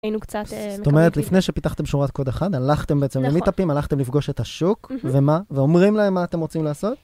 היינו קצת, זאת אומרת, לפני שפיתחתם שורת קוד אחת, הלכתם בעצם למיטפים, הלכתם לפגוש את השוק, ומה? ואומרים להם מה אתם רוצים לעשות?